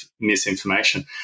misinformation